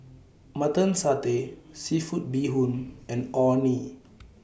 Mutton Satay Seafood Bee Hoon and Orh Nee